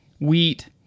Wheat